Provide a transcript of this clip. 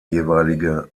jeweilige